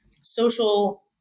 social